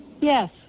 Yes